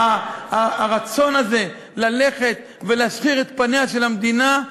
הרצון הזה ללכת ולהשחיר את פניה של המדינה,